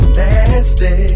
nasty